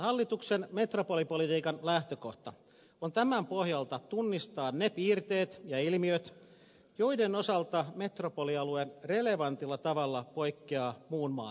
hallituksen metropolipolitiikan lähtökohta on tämän pohjalta tunnistaa ne piirteet ja ilmiöt joiden osalta metropolialue relevantilla tavalla poikkeaa muun maan oloista